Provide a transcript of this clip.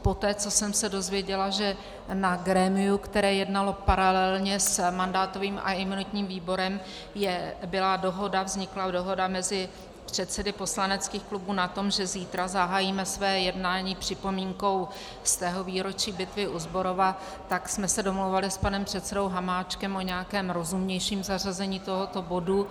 Poté, co jsem se dozvěděla, že na grémiu, které jednalo paralelně s mandátovým a imunitním výborem, byla dohoda, vznikla dohoda mezi předsedy poslaneckých klubů na tom, že zítra zahájíme své jednání připomínkou 100. výročí bitvy u Zborova, tak jsme se domluvili s panem předsedou Hamáčkem o nějakém rozumnějším zařazení tohoto bodu.